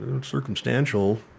Circumstantial